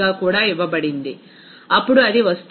7 కూడా ఇవ్వబడింది అప్పుడు అది వస్తుంది a 71